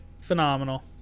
phenomenal